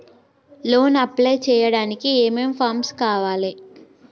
Loan apply చేయడానికి ఏం ఏం ఫామ్స్ కావాలే?